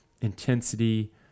intensity